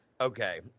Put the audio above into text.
Okay